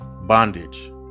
bondage